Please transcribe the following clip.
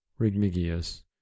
Rigmigius